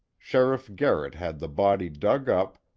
sheriff garrett had the body dug up,